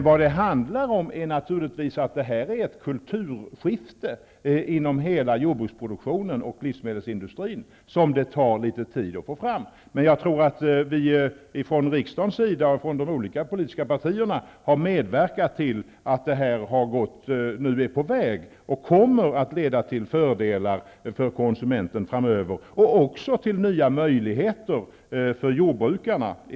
Vad det handlar om är att det här är ett kulturskifte inom hela jordbruksproduktionen och livsmedelsindustrin som det tar litet tid att åstadkomma. Men jag tror att vi från riksdagens sida och från de olika politiska partiernas sida har medverkat till att det nu är på väg och kommer att leda till fördelar för konsumenten framöver och i det sammanhanget också till nya möjligheter för jordbrukarna.